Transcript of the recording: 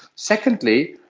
secondly,